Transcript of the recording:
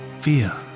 fear